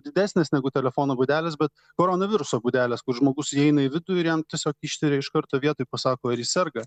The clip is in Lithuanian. didesnės negu telefono būdelės bet koronaviruso būdelės kur žmogus įeina į vidų ir jam tiesiog ištiria iš karto vietoj pasako ar jis serga